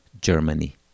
Germany